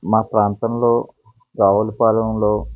మా ప్రాంతంలో రావులపాలెంలో